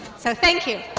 so thank you.